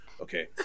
Okay